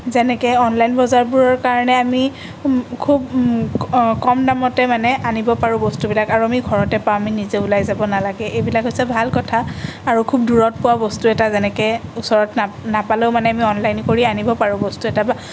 যেনেকৈ অনলাইন বজাৰবোৰৰ কাৰণে আমি খুব কম দামতে মানে আমি আনিব পাৰোঁ বস্তুবিলাক আৰু আমি ঘৰতে পাওঁ আমি ওলাই যাব নালাগে এইবিলাক হৈছে ভাল কথা আৰু খুব দূৰত পোৱা বস্তু এটা যেনেকৈ ওচৰত না নাপালেও আমি অনলাইন কৰি আনিব পাৰোঁ বস্তু এটা বা